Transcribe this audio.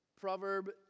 Proverb